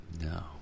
No